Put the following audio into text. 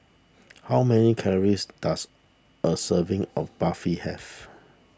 how many calories does a serving of Barfi have